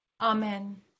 Amen